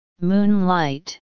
moonlight